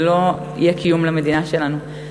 לא יהיה קיום למדינה שלנו.